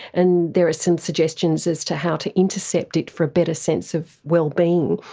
and there are some suggestions as to how to intercept it for a better sense of well-being.